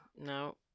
No